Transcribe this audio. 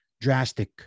drastic